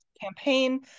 campaign